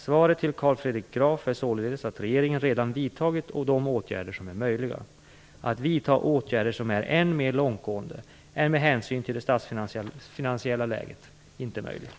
Svaret till Carl Fredrik Graf är således att regeringen redan vidtagit de åtgärder som är möjliga. Att vidta åtgärder som är än mer långtgående är med hänsyn till det statsfinansiella läget inte möjligt.